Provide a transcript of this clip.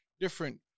Different